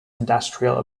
industrial